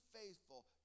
faithful